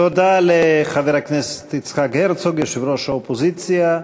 תודה לחבר הכנסת יצחק הרצוג, יושב-ראש האופוזיציה.